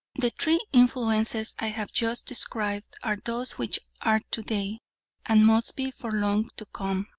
the three influences i have just described are those which are to-day, and must be for long to come,